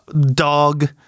dog